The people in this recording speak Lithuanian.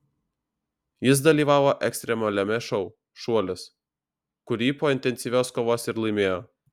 jis dalyvavo ekstremaliame šou šuolis kurį po intensyvios kovos ir laimėjo